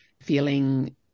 feeling